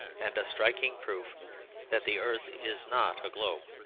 and a striking proof that the earth is not a globe